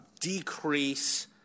decrease